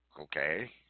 Okay